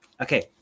Okay